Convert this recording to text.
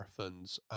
marathons